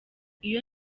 iyo